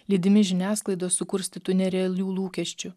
lydimi žiniasklaidos sukurstytų nerealių lūkesčių